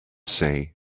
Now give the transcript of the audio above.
say